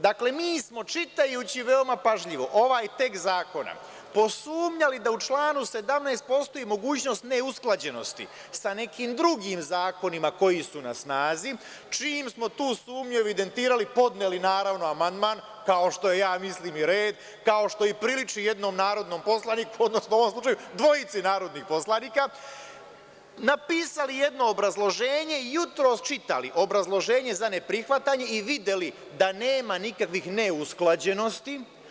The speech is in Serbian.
Dakle, mi smo čitajući veoma pažljivo ovaj tekst zakona, posumnjali da u članu 17. postoji mogućnost neusklađenosti sa nekim drugim zakonima koji su na snazi, čim smo tu sumnju evidentirali, podneli naravno amandman, kao što ja mislim je red, kao što i priliči jednom narodnom poslaniku, odnosno u ovom slučaju dvojici narodnih poslanika, napisali jedno obrazloženje i jutros čitali obrazloženje za ne prihvatanje i videli da nema nikakvih neusklađenosti.